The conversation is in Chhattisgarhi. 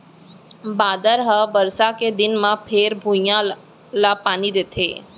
बादर ह बरसा के दिन म फेर भुइंया ल पानी देथे